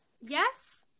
Yes